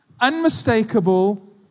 unmistakable